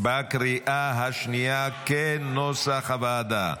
בקריאה השנייה, כנוסח הוועדה.